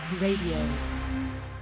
Radio